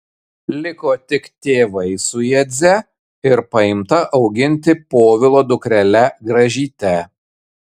liko tik tėvai su jadze ir paimta auginti povilo dukrele gražyte